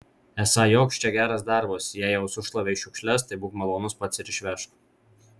esą joks čia geras darbas jei jau sušlavei šiukšles tai būk malonus pats ir išvežk